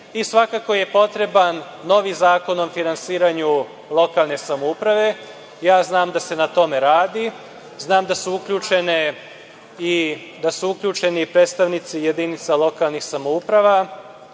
Svakako je potreban novi zakon o finansiranju lokalne samouprave. Znam da se na tome radi. Znam da su uključeni i predstavnici jedinica lokalnih samouprava.